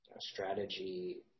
strategy